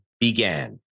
began